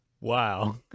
wow